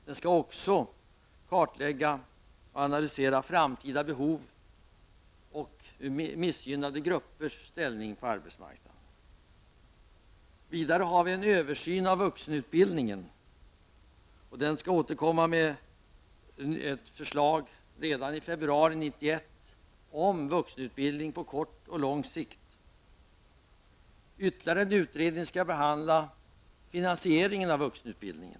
Den skall också kartlägga och analysera framtida behov och missgynnade gruppers ställning på arbetsmarknaden. Vidare görs det en översyn av vuxenutbildningen. Den utredningen skall lägga fram ett förslag redan i februari 1991 om vuxenutbildning på kort och lång sikt. Ytterligare en utredning skall behandla finansieringen av vuxenutbildningen.